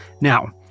Now